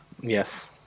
Yes